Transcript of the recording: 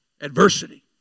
Adversity